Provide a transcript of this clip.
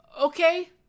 okay